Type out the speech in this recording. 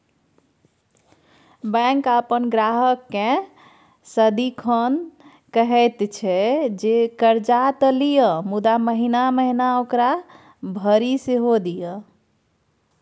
bank अपन ग्राहककेँ सदिखन कहैत छै जे कर्जा त लिअ मुदा महिना महिना ओकरा भरि सेहो दिअ